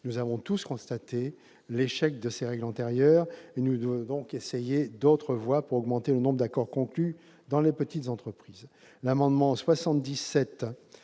Nous avons tous constaté l'échec des règles antérieures. Aussi, nous devons essayer d'autres voies pour augmenter le nombre d'accords conclus dans les petites entreprises. L'amendement n°